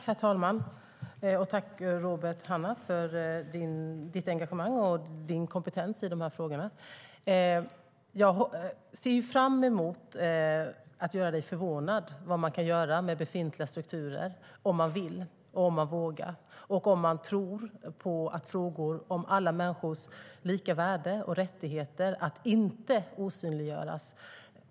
Herr talman! Jag tackar, Robert Hannah, för ditt engagemang och din kompetens i dessa frågor. Jag ser fram emot att göra dig förvånad när det gäller vad man kan göra med befintliga strukturer om man vill, om man vågar och om man tror på frågor om alla människors lika värde och rättigheter att inte osynliggöras.